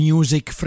Music